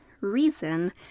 reason